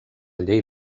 llei